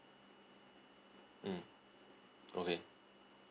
mm okay